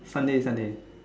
Sunday Sunday